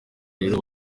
rero